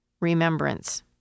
Remembrance